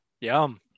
Yum